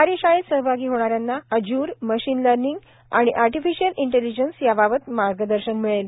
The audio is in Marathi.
कार्यशाळेत सहभागी होणाऱ्यांना अज्ञ्यूर मशीन लर्निंग आणि अर्टिफिशियल इंटेलिजेंस याबाबत मार्गदर्शन मिळेल